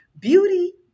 beauty